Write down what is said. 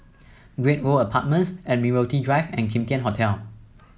Great World Apartments Admiralty Drive and Kim Tian Hotel